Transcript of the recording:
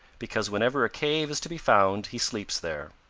because whenever a cave is to be found he sleeps there.